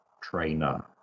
trainer